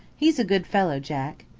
he's a good fellow, jack.